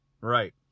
Right